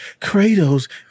Kratos